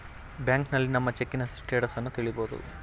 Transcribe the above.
ಬ್ಯಾಂಕ್ನಲ್ಲಿ ನಮ್ಮ ಚೆಕ್ಕಿನ ಸ್ಟೇಟಸನ್ನ ತಿಳಿಬೋದು